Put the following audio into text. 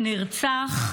נרצח,